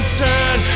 turn